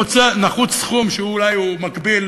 נחוץ סכום שהוא אולי מקביל